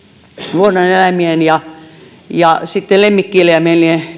luonnoneläimien ja ja lemmikkieläimien